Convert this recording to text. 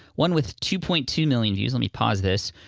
one with two point two million views, let me pause this,